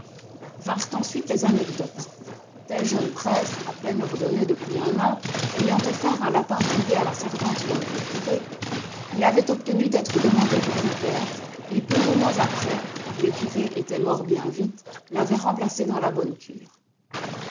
vinrent ensuite les anecdotes tel jeune prêtre à peine ordonné depuis un an ayant offert un lapin privé à la servante d'un vieux curé il avait obtenu d'être demandé pour vicaire et peu de mois après car le curé était mort bien vite l'avait remplacé dans la bonne cure